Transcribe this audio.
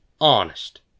Honest